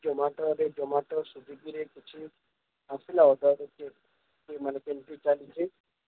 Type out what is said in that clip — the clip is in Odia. ଜୋମାଟରେ ଜୋମାଟ ସ୍ୱିଗୀରେ କିଛି ଆସିଲା ଅର୍ଡର୍ ମାନେ କେମିତି ଚାଲିଛି